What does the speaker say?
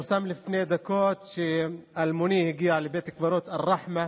פורסם לפני דקות שאלמוני הגיע לבית הקברות א-רחמה,